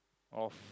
of